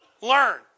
learn